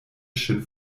ŝin